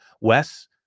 Wes